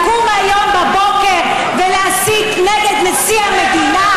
לקום היום בבוקר ולהסית נגד נשיא המדינה?